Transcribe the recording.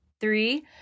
Three